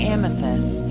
Amethyst